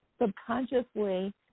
subconsciously